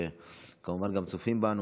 וכמובן גם צופים בנו,